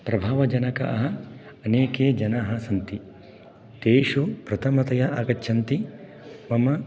प्रभावजनकाः अनेके जनाः सन्ति तेषु प्रथमतया आगच्छन्ति मम